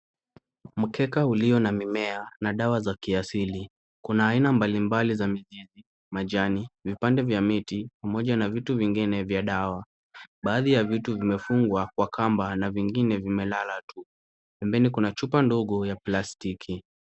Mkeka ulio na mimea na dawa za kiasili, kuna aina mbalimbali za mizizi, majani, vipande vya miti pamoja na vitu vingine vya dawa, baadhi ya vitu vimefungwa kwa kamba na vingine vimelala tu, pembeni kuna chupa ndogo ya plastiki.